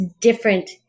different